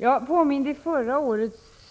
Jag påminde under förra årets